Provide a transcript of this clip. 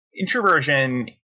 introversion